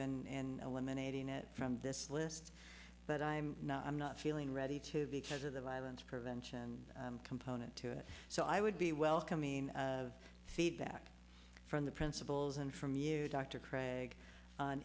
value in eliminating it from this list but i'm not i'm not feeling ready to because of the violence prevention component to it so i would be welcoming of feedback from the principals and from you dr cragg